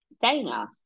Dana